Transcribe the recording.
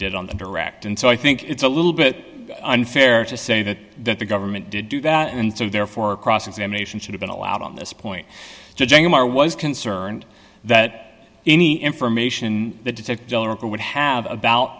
did on the direct and so i think it's a little bit unfair to say that the government did do that and so therefore cross examination should've been allowed on this point judging them are was concerned that any information that detects or would have about